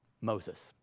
Moses